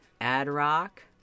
Ad-Rock